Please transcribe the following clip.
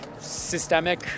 systemic